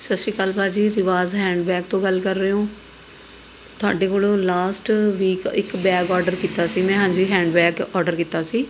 ਸਤਿ ਸ਼੍ਰੀ ਅਕਾਲ ਭਾਅ ਜੀ ਰਿਵਾਜ਼ ਹੈਂਡਬੈਗ ਤੋਂ ਗੱਲ ਕਰ ਰਹੇ ਹੋ ਤੁਹਾਡੇ ਕੋਲੋਂ ਲਾਸਟ ਵੀਕ ਇੱਕ ਬੈਗ ਔਡਰ ਕੀਤਾ ਸੀ ਮੈਂ ਹਾਂਜੀ ਹੈਂਡਬੈਗ ਔਡਰ ਕੀਤਾ ਸੀ